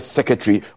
Secretary